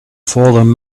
fallen